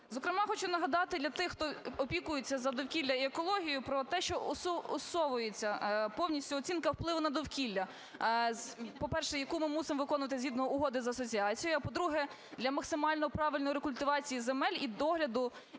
Зокрема хочу нагадати для тих, хто опікується за довкілля і екологію, про те, що усовується повністю оцінка впливу на довкілля, по-перше, яку ми мусимо виконувати згідно Угоди про асоціацію, а по-друге, для максимально правильної рекультивації земель і догляду, і